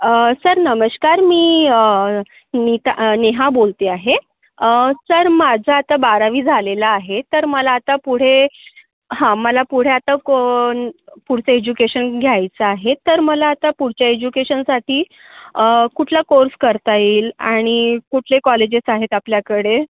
sir नमस्कार मी नीता नेहा बोलते आहे सर माझं आता बारावी झालेलं आहे तर मला आता पुढे हा मला पुढे आता कोण पुढचे एज्युकेशन घ्यायचं आहे तर मला आता पुढच्या एज्युकेशनसाठी कुठला कोर्स करता येईल आणि कुठले कॉलेजेस आहेत आपल्याकडे